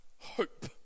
hope